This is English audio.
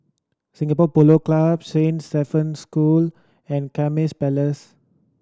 Singapore Polo Club Saint Stephen's School and Kismis Palace